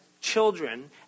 children